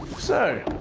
so.